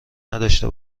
نداشته